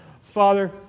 Father